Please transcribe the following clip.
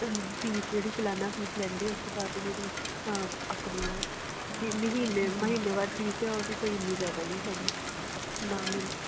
fees ਜਿਹੜੀ ਸਲਾਨਾ fees ਲੈਂਦੇ ਉਸ ਤੋਂ ਬਾਅਦ ਜਿਹੜੀ ਆਪਣੀ ਮਹੀਨੇ ਮਹੀਨੇ ਬਾਅਦ ਫੀਸ ਏ ਆ ਉਹ ਵੀ ਕੋਈ ਇੰਨੀ ਜ਼ਿਆਦਾ ਨਹੀਂ ਹੈਗੀ ਨਾ ਮੀਨ